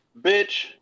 Bitch